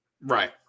right